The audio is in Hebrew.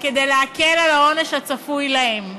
כדי להקל את העונש הצפוי להם.